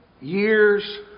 years